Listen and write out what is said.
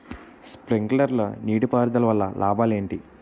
Sprinkler నీటిపారుదల వల్ల లాభాలు ఏంటి?